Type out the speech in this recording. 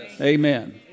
Amen